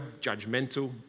judgmental